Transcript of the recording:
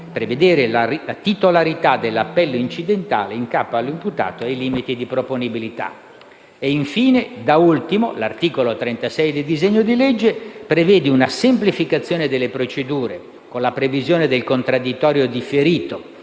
prevedere la titolarità dell'appello incidentale in capo all'imputato e i limiti di proponibilità. Da ultimo, l'articolo 36 del disegno di legge prevede una semplificazione delle procedure: vi è la previsione del contraddittorio differito